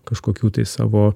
kažkokių tai savo